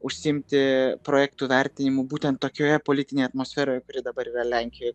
užsiimti projektų vertinimu būtent tokioje politinėj atmosferoj kuri dabar yra lenkijoj